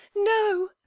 no.